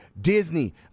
Disney